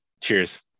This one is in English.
Cheers